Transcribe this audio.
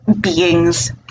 beings